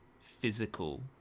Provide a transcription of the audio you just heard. physical